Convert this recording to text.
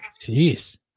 Jeez